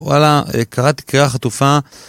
וואלה, קראתי קריאה חטופה